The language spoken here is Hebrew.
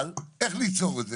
אבל איך ניצור את זה?